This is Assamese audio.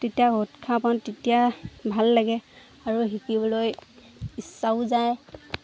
তেতিয়া উৎসাহ পাওঁ তেতিয়া ভাল লাগে আৰু শিকিবলৈ ইচ্ছাও যায়